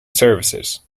services